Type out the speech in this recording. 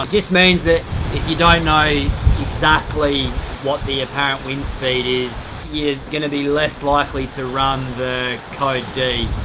um just means that if you don't know exactly what the apparent wind speed is, you're gonna be less likely to run the code d.